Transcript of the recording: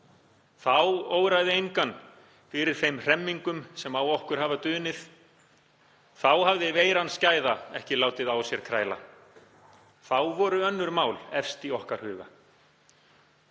Þá óraði engan fyrir þeim hremmingum sem á okkur hafa dunið. Þá hafði veiran skæða ekki látið á sér kræla. Þá voru önnur mál efst í okkar huga.